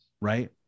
Right